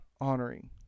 honoring